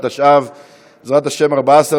וחוזרת לוועדת החוקה,